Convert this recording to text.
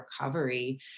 recovery